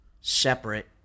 separate